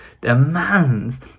demands